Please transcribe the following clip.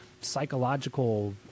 psychological